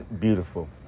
beautiful